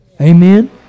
Amen